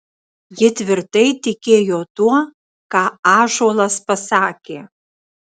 ji tvirtai tikėjo tuo ką ąžuolas pasakė